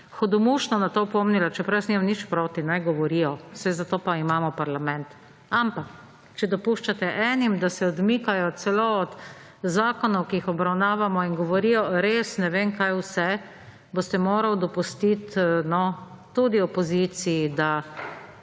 hudomušno na to opomnila, čeprav jaz nimam nič proti, naj govorijo, saj zato pa imamo parlament. Ampak, če dopuščate enim, da se odmikajo celo od zakonov, ki jih obravnavamo in govorijo res ne vem kaj vse, boste moral dopustiti tudi opoziciji, da